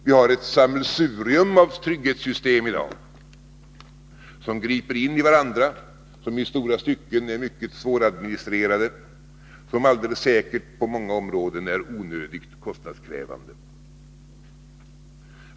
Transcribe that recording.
Vi har i dag ett sammelsurium av trygghetssystem som griper in i varandra, som i stora stycken är mycket svåradministrerade och som på många områden alldeles säkert är onödigt kostnadskrävande.